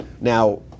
Now